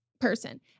person